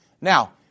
Now